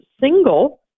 single